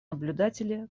наблюдатели